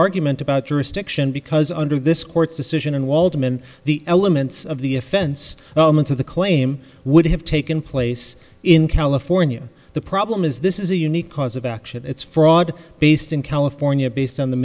argument about jurisdiction because under this court's decision and waltman the elements of the offense elements of the claim would have taken place in california the problem is this is a unique cause of action it's fraud based in california based on the